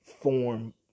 form